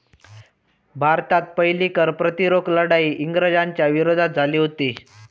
भारतात पहिली कर प्रतिरोध लढाई इंग्रजांच्या विरोधात झाली हुती